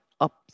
up